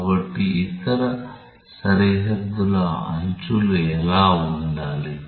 కాబట్టి ఇతర సరిహద్దుల అంచులు ఎలా ఉండాలి